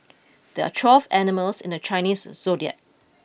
there are twelve animals in the Chinese zodiac